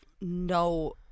No